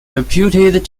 reputed